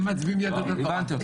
הם מצביעים יהדות התורה.